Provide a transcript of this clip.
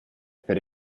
per